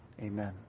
Amen